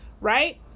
right